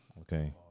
Okay